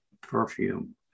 perfume